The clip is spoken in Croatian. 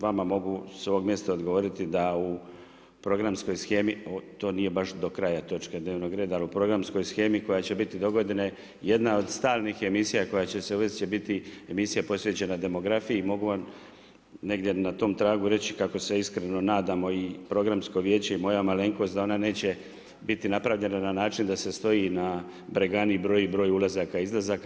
Vama mogu s ovog mjesta odgovoriti, da u programskoj shemi, to nije baš, do kraja točka dnevnog reda, ali u programskoj shemi koja će biti dogodine, jedna je od stalnih emisija, koja će uvijek će biti emisija posvećena demografiji i mogu vam negdje na tom tragu reći, kako se iskreno nadamo i programsko vijeće i moja malenkost da ona neće biti napravljen na način, da se stoji na Bregani i broji broj ulazaka i izlazaka.